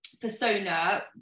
persona